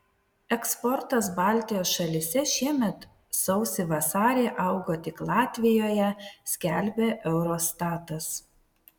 eksportas baltijos šalyse šiemet sausį vasarį augo tik latvijoje skelbia eurostatas